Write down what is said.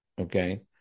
okay